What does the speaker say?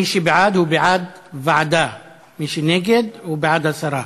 מי שבעד, הוא בעד ועדה, ומי שנגד, הוא בעד הסרה.